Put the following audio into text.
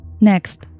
Next